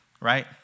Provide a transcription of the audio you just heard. right